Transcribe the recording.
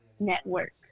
network